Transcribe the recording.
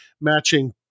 matching